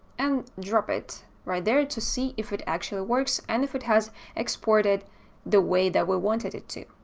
and drop it right there to see, if it actually works and if it has exported the way that we wanted it to.